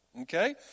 okay